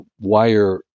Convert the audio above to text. wire